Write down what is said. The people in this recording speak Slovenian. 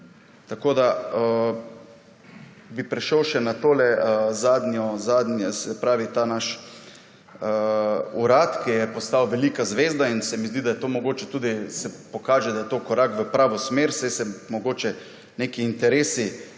Tako, da bi prešel še na ta zadnji naš urad, ki je postal velika zvezda in se mi zdi, da je to mogoče tudi se pokaže, da je to korak v pravo smer, saj se mogoče neki interesi